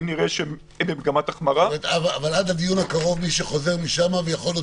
אם נראה מגמת החמרה וההמלצה תמיד